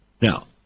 Now